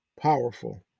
powerful